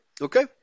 Okay